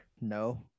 No